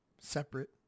separate